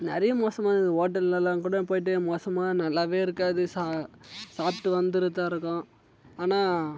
நிறைய மோசமானது ஹோட்டல்லலாம் கூட போய்ட்டு மோசமாக நல்லாவே இருக்காது சா சாப்பிட்டு வந்துறதாக இருக்கும் ஆனால்